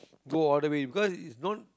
go all the way because it's not